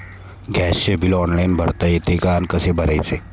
गॅसचे bill online भरता येते का आणि कसे भरायचे?